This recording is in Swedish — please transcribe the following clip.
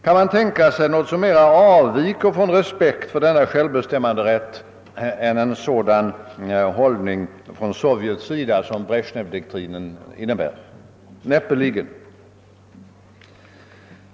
Kan man tänka sig något som mera avviker från respekt för denna självbestämmanderätt än en sådan hållning från Sovjets sida som Brezjnevdoktrinen innebär. Näppeligen.